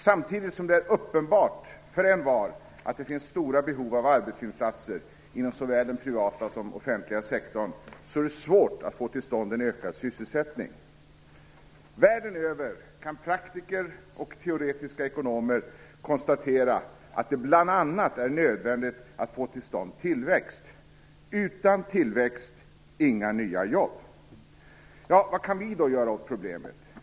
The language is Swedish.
Samtidigt som det är uppenbart för envar att det finns stora behov av arbetsinsatser - inom såväl den privata som den offentliga sektorn - är det svårt att få till stånd en ökad sysselsättning. Världen över kan praktiker och teoretiska ekonomer konstatera att det bl.a. är nödvändigt att få till stånd tillväxt. Utan tillväxt - inga nya jobb. Vad kan vi göra åt problemet?